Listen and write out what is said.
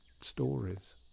stories